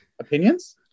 Opinions